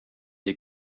die